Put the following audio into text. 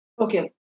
Okay